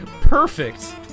Perfect